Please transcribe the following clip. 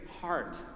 heart